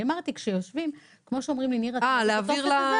אמרתי כשיושבים --- להעביר לאותו מטופל.